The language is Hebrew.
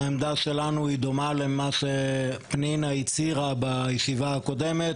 שהעמדה שלנו היא דומה למה שפנינה הצהירה בישיבה הקודמת,